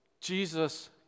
Jesus